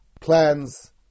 plans